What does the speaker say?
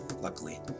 luckily